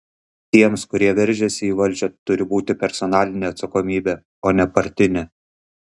tiems kurie veržiasi į valdžią turi būti personalinė atsakomybė o ne partinė